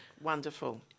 wonderful